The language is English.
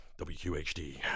WQHD